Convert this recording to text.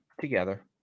together